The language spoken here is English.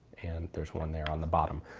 and there's one there on the bottom.